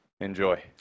enjoy